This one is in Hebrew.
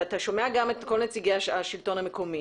ואתה שומע גם את כל נציגי השלטון המקומי